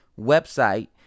website